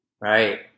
Right